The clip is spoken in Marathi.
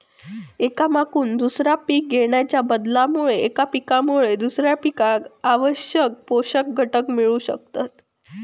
एका मागून दुसरा पीक घेणाच्या बदलामुळे एका पिकामुळे दुसऱ्या पिकाक आवश्यक पोषक घटक मिळू शकतत